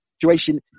situation